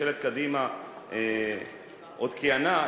כשממשלת קדימה עוד כיהנה,